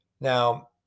Now